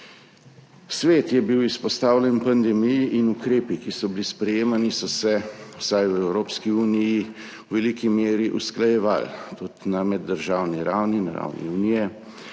Svet je bil izpostavljen pandemiji in ukrepi, ki so bili sprejemani, so se vsaj v Evropski uniji v veliki meri usklajevali tudi na meddržavni ravni, na ravni Unije,